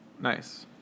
Nice